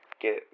get